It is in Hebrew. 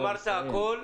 אמרת הכול,